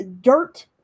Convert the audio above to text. Dirt